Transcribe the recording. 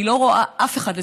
אני לא רואה אף אחד כאן,